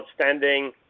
outstanding